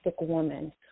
woman